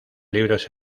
libros